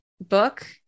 book